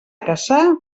caçar